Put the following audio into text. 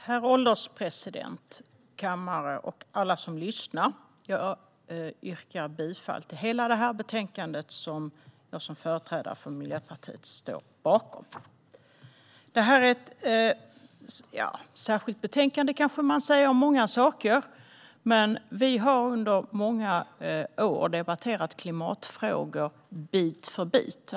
Herr ålderspresident, kammare och alla som lyssnar! Jag yrkar bifall till utskottets förslag i betänkandet som jag som företrädare för Miljöpartiet står bakom. Detta är ett betänkande om många saker. Vi har under många år debatterat klimatfrågor bit för bit.